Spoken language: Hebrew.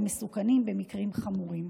ומסוכנים במקרים החמורים.